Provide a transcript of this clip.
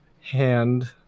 hand